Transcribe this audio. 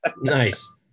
Nice